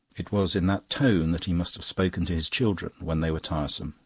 it was in that tone that he must have spoken to his children when they were tiresome.